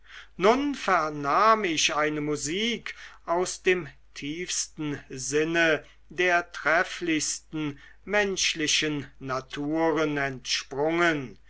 nun vernahm ich eine musik aus dem tiefsten sinne der trefflichsten menschlichen naturen entsprungen